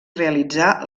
realitzar